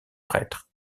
prêtre